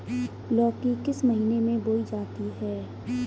लौकी किस महीने में बोई जाती है?